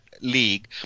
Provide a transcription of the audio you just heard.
league